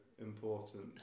important